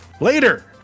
Later